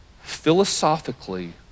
Philosophically